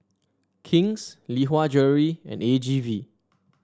King's Lee Hwa Jewellery and A G V